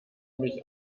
mich